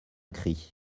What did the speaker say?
cri